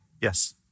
Yes